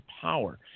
power